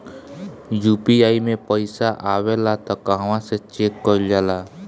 UPI मे पइसा आबेला त कहवा से चेक कईल जाला?